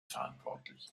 verantwortlich